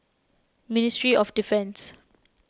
Ministry of Defence